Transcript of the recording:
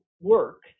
work